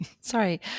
sorry